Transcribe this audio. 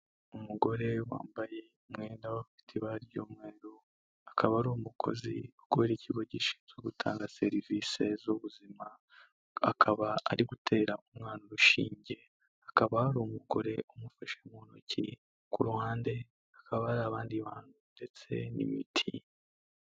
Umugore wambaye umwenda ufite ibara ry'umweru, akaba ari umukozi ukorera ikigo gishinzwe gutanga serivisi z'ubuzima, akaba ari gutera umwana urushinge hakaba hari umugore umufashe mu ntoki, ku ruhande hakaba hari abandi bantu ndetse n'imiti.